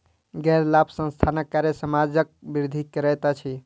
गैर लाभ संस्थानक कार्य समाजक वृद्धि करैत अछि